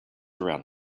around